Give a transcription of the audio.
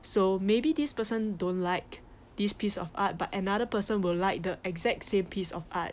so maybe this person don't like this piece of art but another person will like the exact same piece of art